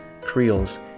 creoles